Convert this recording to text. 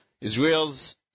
Israel's